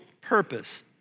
purpose